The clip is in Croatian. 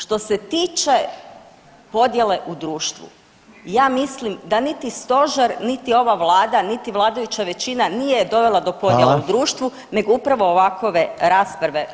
Što se tiče podjele u društvu, ja mislim da niti stožer, niti ova vlada, niti vladajuća većina nije dovela do podjela u društvu [[Upadica Reiner: Hvala.]] nego upravo ovakove rasprave koje su